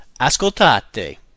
ascoltate